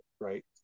right